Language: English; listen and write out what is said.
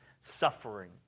suffering